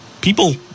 People